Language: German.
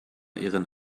ihren